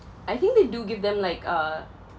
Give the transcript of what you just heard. I think they do give them like uh